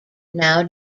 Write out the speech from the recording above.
now